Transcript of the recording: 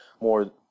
more